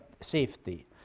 safety